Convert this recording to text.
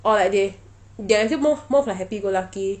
or like they they are actually more of more of like happy-go-lucky